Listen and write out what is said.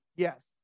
Yes